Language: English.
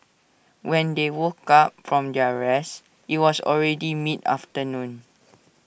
when they woke up from their rest IT was already mid afternoon